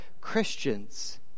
Christians